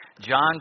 John